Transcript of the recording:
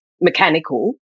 mechanical